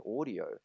audio